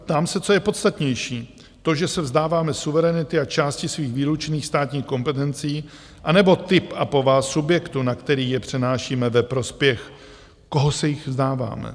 Ptám se, co je podstatnější to, že se vzdáváme suverenity a části svých výlučných státních kompetencí, anebo typ a povaha subjektu, na který je přenášíme, ve prospěch koho se jich vzdáváme?